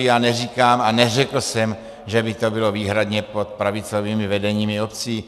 Já neříkám a neřekl jsem, že by to bylo výhradně pod pravicovými vedeními obcí.